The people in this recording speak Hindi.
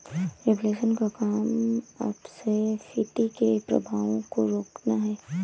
रिफ्लेशन का काम अपस्फीति के प्रभावों को रोकना है